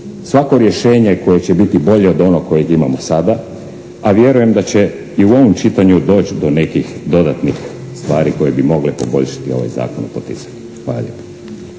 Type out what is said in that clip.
svako rješenje koje će biti bolje od onog kojeg imamo sada a vjerujem da će i u ovom čitanju doći do nekih dodatnih stvari koje bi mogle poboljšati ovaj Zakon o poticanju. Hvala